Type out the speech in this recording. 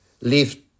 leave